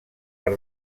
per